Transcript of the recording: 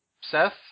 Seth